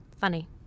Funny